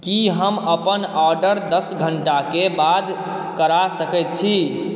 की हम अपन ऑडर दस घन्टाके बाद करा सकै छी